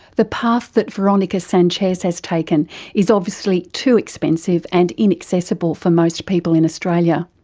the path that veronica sanchez has taken is obviously too expensive and inaccessible for most people in australia.